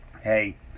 hey